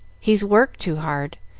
he's worked too hard.